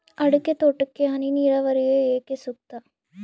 ಅಡಿಕೆ ತೋಟಕ್ಕೆ ಹನಿ ನೇರಾವರಿಯೇ ಏಕೆ ಸೂಕ್ತ?